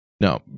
No